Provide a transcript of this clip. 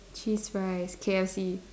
cheese fries K_F_C